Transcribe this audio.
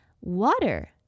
Water